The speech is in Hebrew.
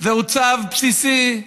זהו צו בסיסי,